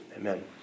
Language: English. Amen